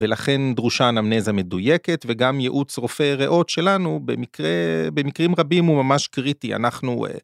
ולכן דרושה אנמנזה מדויקת, וגם ייעוץ רופא ראות שלנו במקרים רבים הוא ממש קריטי, אנחנו...